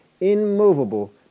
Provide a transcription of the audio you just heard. immovable